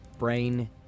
Brain